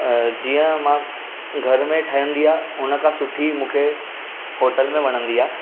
जीअं मां घर में ठहंदी आहे हुनखां सुठी मूंखे होटल में वणंदी आहे